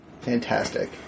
Fantastic